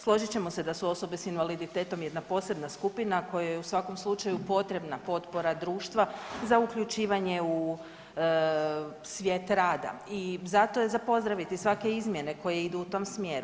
Složit ćemo se da su osobe sa invaliditetom jedna posebna skupina kojoj je u svakom slučaju potrebna potpora društva za uključivanje u svijet rada i zato je za pozdraviti svake izmjene koje idu u tom smjeru.